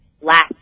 last